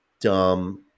dumb